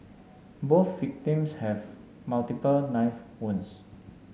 both victims had multiple knife wounds